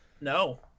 No